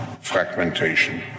fragmentation